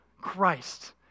Christ